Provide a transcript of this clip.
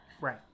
Right